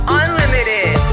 unlimited